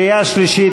קריאה שלישית,